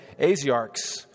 Asiarchs